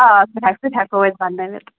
آ سُہ ہیٚکہٕ سُہ تہِ ہیٚکو أسۍ بَنٲوِتھ